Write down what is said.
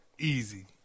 easy